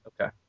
Okay